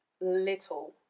little